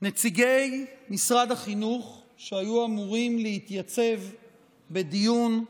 נציגי משרד החינוך שהיו אמורים להתייצב בדיון,